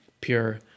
pure